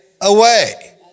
away